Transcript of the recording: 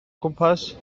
gwmpas